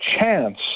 chance